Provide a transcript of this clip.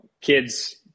kids